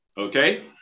okay